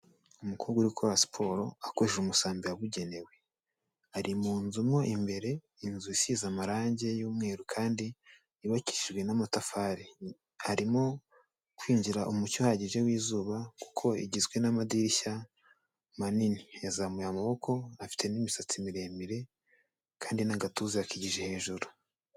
Umukobwa urikora siporo akoresha umusambi wabugenewe, ari mu nzu mo imbere inzu isize amarangi y'umweru kandi yubakishijwe n'amatafari, harimo kwinjira umucyo uhagije w'izuba kuko igizwe n'amadirishya manini, yazamuye amaboko afite n'imisatsi miremire kandi n'agatuza yakigije hejuru.